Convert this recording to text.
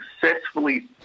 successfully